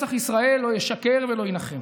ונצח ישראל לא ישקר ולא יינחם.